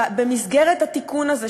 במסגרת התיקון הזה,